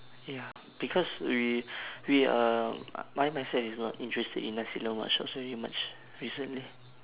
ya because we we uh I my myself is not interested in nasi lemak shops very much recently